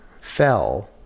fell